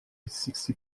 sixty